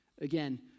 Again